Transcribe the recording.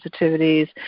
sensitivities